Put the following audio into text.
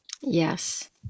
Yes